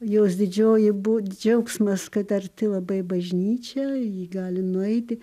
jos didžioji buvo džiaugsmas kad arti labai bažnyčia ji gali nueiti